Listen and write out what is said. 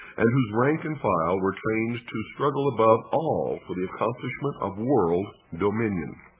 and whose rank and file were trained to struggle above all for the accomplishment of world dominion.